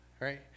right